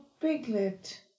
piglet